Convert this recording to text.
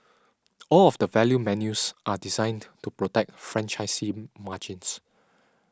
all of the value menus are designed to protect franchisee margins